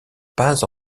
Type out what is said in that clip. pas